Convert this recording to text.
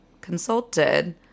consulted